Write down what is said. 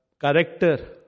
character